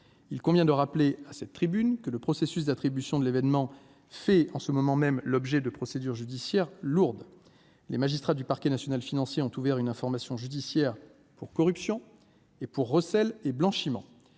il convient de rappeler à cette tribune que le processus d'attribution de l'événement fait en ce moment même l'objet de procédures judiciaires lourdes, les magistrats du parquet national financier ont ouvert une information judiciaire pour corruption et pour recel et blanchiment